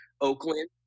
Oakland